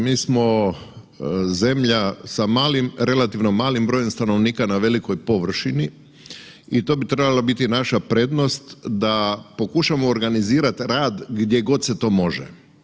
Mi smo zemlja sa malim, relativno malim brojem stanovnika na velikoj površini i to bi trebala biti naša prednost, da pokušamo organizirati rad gdje god se to može.